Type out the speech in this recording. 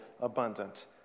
abundant